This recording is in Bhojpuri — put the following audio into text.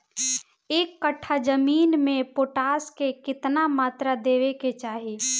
एक कट्ठा जमीन में पोटास के केतना मात्रा देवे के चाही?